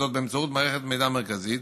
וזאת באמצעות מערכת מידע מרכזית,